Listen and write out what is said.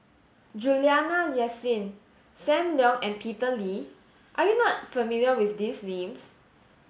Juliana Yasin Sam Leong and Peter Lee are you not familiar with these names